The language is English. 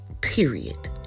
period